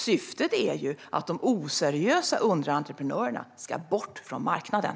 Syftet är att de oseriösa underentreprenörerna ska bort från marknaden.